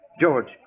George